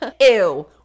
ew